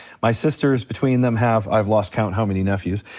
my sisters between them have, i've lost count how many nephews.